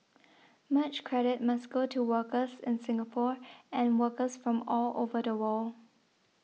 much credit must go to workers in Singapore and workers from all over the world